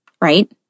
Right